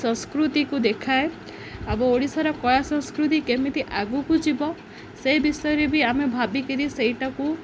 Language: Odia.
ସଂସ୍କୃତିକୁ ଦେଖାଏ ଆଉ ଓଡ଼ିଶାର କଳା ସଂସ୍କୃତି କେମିତି ଆଗକୁ ଯିବ ସେଇ ବିଷୟରେ ବି ଆମେ ଭାବି କରି ସେଇଟାକୁ